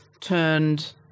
turned